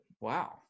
Wow